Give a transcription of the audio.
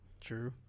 True